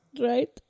Right